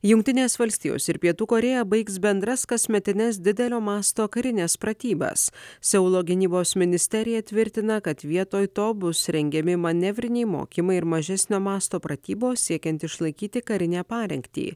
jungtinės valstijos ir pietų korėja baigs bendras kasmetines didelio masto karines pratybas seulo gynybos ministerija tvirtina kad vietoj to bus rengiami manevriniai mokymai ir mažesnio masto pratybos siekiant išlaikyti karinę parengtį